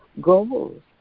goals